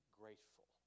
grateful